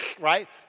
right